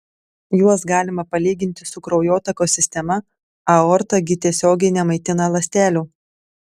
juos galima palyginti su kraujotakos sistema aorta gi tiesiogiai nemaitina ląstelių